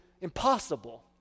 impossible